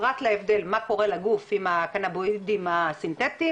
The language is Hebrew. פרט להבדל מה קורה לגוף עם הקנבינואידים הסינתטיים